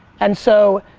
and so,